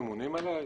לממונים עלי.